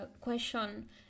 question